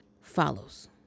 follows